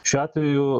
šiuo atveju